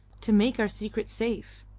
to make our secret safe.